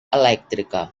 elèctrica